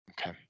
Okay